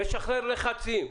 היא משחררת לחצים.